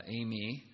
Amy